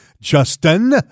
justin